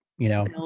you know,